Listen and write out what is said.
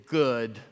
good